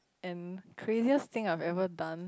and craziest thing I had ever done